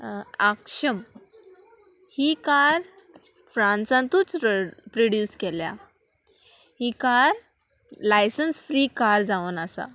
आक्षम ही कार फ्रांसांतूच प्रोड्यूस केल्या ही कार लायसन्स फ्री कार जावन आसा